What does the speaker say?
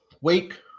wake